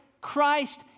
Christ